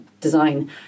design